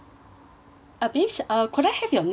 uh miss could I have your name please